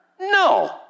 No